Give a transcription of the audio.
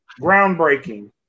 groundbreaking